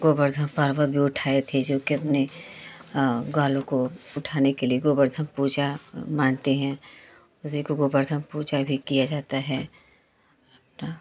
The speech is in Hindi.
गोवर्धन पर्वत भी उठाए थे जोकि अपने ग्वालों को उठाने के लिए गोवर्धन पूजा मानते हैं उसी को गोवर्धन पूजा भी किया जाता है अपना